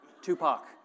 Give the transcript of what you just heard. Tupac